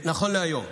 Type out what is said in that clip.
נכון להיום,